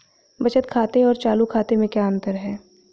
बचत खाते और चालू खाते में क्या अंतर है?